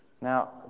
Now